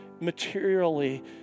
materially